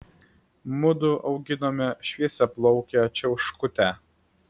mudu auginome šviesiaplaukę čiauškutę